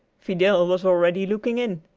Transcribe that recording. fidel was already looking in,